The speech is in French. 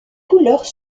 couleurs